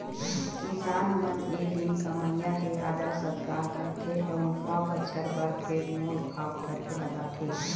किसान मन ए दिन कमइया के आदर सत्कार करथे अउ नवा बछर बर फेर मोल भाव करके लगाथे